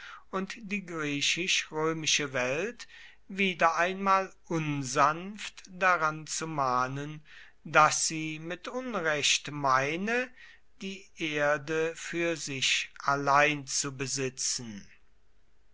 und die griechisch-römische welt wieder einmal unsanft daran zu mahnen daß sie mit unrecht meine die erde für sich allein zu besitzen